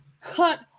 cut